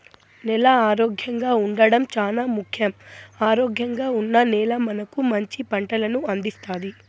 నేల ఆరోగ్యంగా ఉండడం చానా ముఖ్యం, ఆరోగ్యంగా ఉన్న నేల మనకు మంచి పంటలను అందిస్తాది